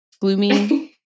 gloomy